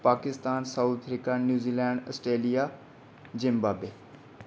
Pakistani South Africa New Zealand Australia Zimbabwe